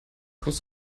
kommst